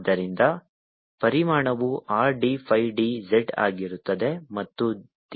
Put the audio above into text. ಆದ್ದರಿಂದ ಪರಿಮಾಣವು R d phi d z ಆಗಿರುತ್ತದೆ ಮತ್ತು ದಿಕ್ಕು x ದಿಕ್ಕಿನಲ್ಲಿರುತ್ತದೆ